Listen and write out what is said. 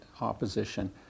opposition